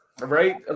Right